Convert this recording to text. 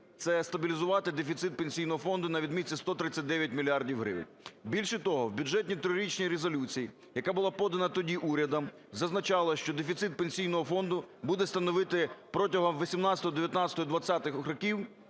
це стабілізувати дефіцит Пенсійного фонду на відмітці 139 мільярдів гривень. Більше того, в бюджетній трирічній резолюції, яка була подана тоді урядом, зазначалося, що дефіцит Пенсійного фонду буде становити протягом 2018-го, 2019-го і